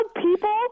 people